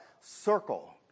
circle